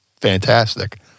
fantastic